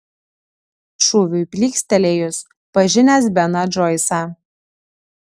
šūviui plykstelėjus pažinęs beną džoisą